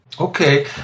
Okay